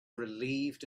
relieved